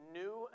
new